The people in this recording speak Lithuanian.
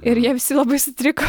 ir jie visi labai sutriko